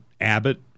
Abbott